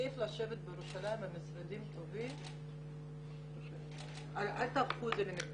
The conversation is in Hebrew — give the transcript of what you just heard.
כיף לשבת בירושלים במשרדים הטובים אבל אל תהפכו את זה.